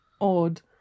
odd